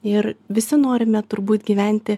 ir visi norime turbūt gyventi